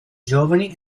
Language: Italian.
giovani